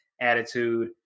attitude